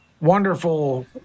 wonderful